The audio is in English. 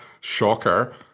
Shocker